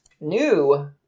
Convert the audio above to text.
new